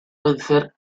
vencer